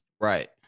right